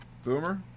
Boomer